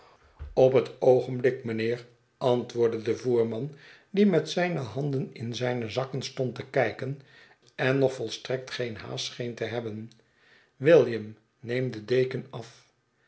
op het oogenblik mijnheer antwoordde de voerman die met zijne handen'in zijne zakken stond te kijken en nog volstrekt geen haast scheen te hebben william neem de deken af